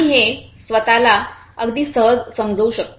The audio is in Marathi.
आणि हे स्वताला अगदी सहज समजू शकते